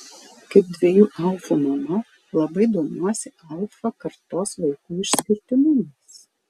kaip dviejų alfų mama labai domiuosi alfa kartos vaikų išskirtinumais